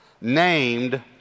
named